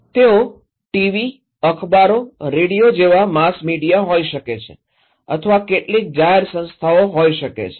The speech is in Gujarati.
તેઓ ટીવી અખબારો રેડિયો જેવા માસ મીડિયા હોઈ શકે છે અથવા કેટલીક જાહેર સંસ્થાઓ હોઈ શકે છે